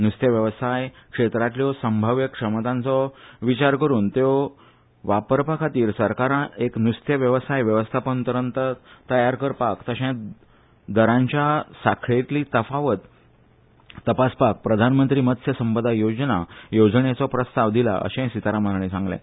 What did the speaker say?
नुस्तेंवेवसाय क्षेत्रांतल्यो संभाव्य क्षमतांचो विचार करून त्यो वापरा खातीर सरकारान एक नुस्तें वेवसाय वेवस्थापन तंत्र तयार करपाक तशेंच दरांच्या साखळेतली तफावत तपासपाक प्रधानमंत्री मत्स्य संपदा येवजण येवजण्याचो प्रस्ताव दिला अशेंय सिताराम हांणी सांगलें